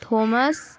thomas